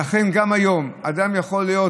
לכן, גם היום, יכול להיות